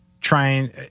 trying